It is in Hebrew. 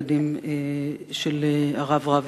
לילדים של הרב רביץ,